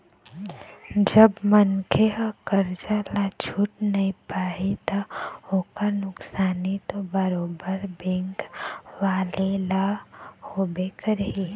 जब मनखे ह करजा ल छूट नइ पाही ता ओखर नुकसानी तो बरोबर बेंक वाले ल होबे करही